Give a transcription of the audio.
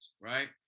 right